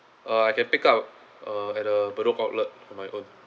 uh I can pick up uh at the bedok outlet on my own